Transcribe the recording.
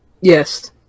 Yes